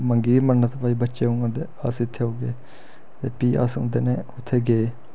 मंगी दी ही मन्नत भई बच्चे होङन ते अस इत्थें औगे ते फ्ही अस उं'दे कन्नै उत्थें गे